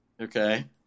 Okay